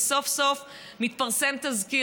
וסוף-סוף מתפרסם תזכיר,